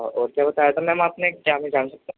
اور کیا بتایا تھا میم آپ نے کیا میں جان سکتا ہوں